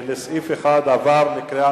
סעיף 1 עבר, כמובן, בקריאה